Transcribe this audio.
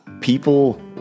people